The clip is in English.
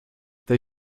they